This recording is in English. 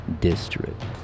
District